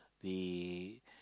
the